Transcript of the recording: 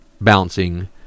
bouncing